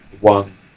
one